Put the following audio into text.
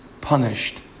punished